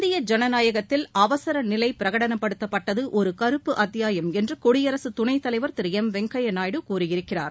இந்திய ஜனநாயகத்தில் அவசர நிலை பிரகடனப்படுத்தப்பட்டது ஒரு கருப்பு அத்தியாயம் என்று குடியரசுத் துணைத்தலைவர் திரு எம் வெங்கையா நாயுடு கூறியிருக்கிறார்